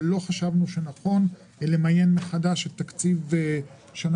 לא חשבנו שנכון למיין מחדש את תקציב השנה